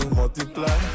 multiply